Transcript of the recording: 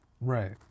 Right